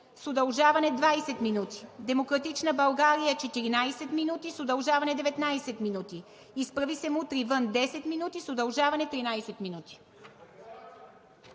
удължаване 20 минути; „Демократична България“ – 14 минути, с удължаване 19 минути; „Изправи се! Мутри вън!“ – 10 минути, с удължаване 13 минути.